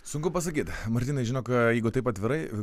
sunku pasakyt martynai žinok jeigu taip atvirai